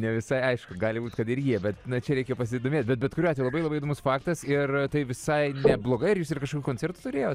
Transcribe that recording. ne visai aišku gali būt kad ir jie bet čia reikia pasidomėt bet bet kuriuo atveju labai įdomus faktas ir tai visai neblogai ir kažkokių koncertų turėjot